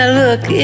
look